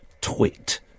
twit